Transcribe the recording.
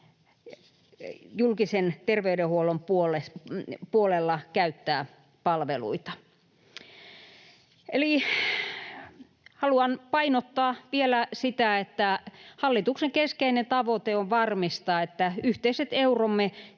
julkisen ter-veydenhuollon puolella käyttää palveluita. Eli haluan painottaa vielä sitä, että hallituksen keskeinen tavoite on varmistaa, että yhteiset euromme